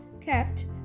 kept